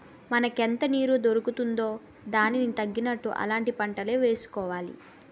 మనకెంత నీరు దొరుకుతుందో దానికి తగినట్లు అలాంటి పంటలే వేసుకోవాలి